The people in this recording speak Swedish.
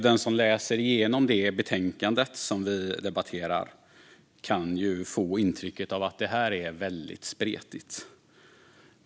Den som läser igenom det betänkande som vi debatterar kan få intrycket att det är väldigt spretigt.